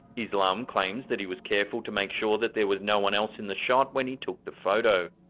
islam claims that he was careful to make sure that there was no one else in the shot when he took the photo.